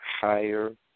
higher